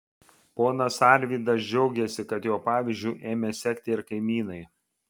ponas arvydas džiaugėsi kad jo pavyzdžiu ėmė sekti ir kaimynai